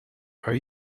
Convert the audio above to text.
are